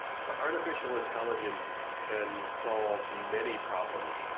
so artificial intelligence can solve many problems.